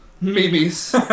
Memes